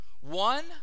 one